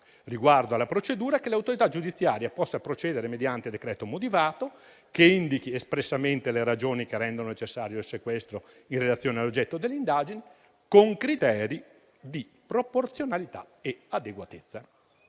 riguardo alla procedura, che l'autorità giudiziaria possa procedere mediante decreto motivato che indichi espressamente le ragioni che rendono necessario il sequestro in relazione all'oggetto delle indagini, con criteri di proporzionalità e adeguatezza.